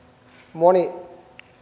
moni